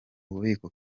bubiko